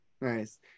Nice